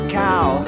cow